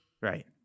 Right